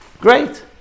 Great